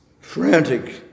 frantic